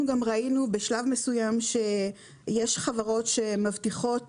אנחנו גם ראינו בשלב מסוים שיש חברות שמבטיחות